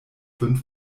fünf